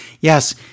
yes